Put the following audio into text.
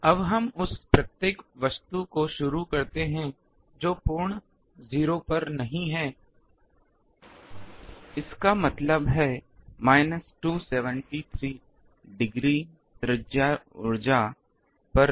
अब हम उस प्रत्येक वस्तु को शुरू करते हैं जो पूर्ण 0 पर नहीं है इसका मतलब है 273 डिग्री त्रिज्या ऊर्जा पर नहीं